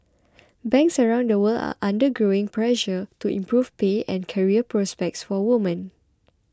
banks around the world are under growing pressure to improve pay and career prospects for women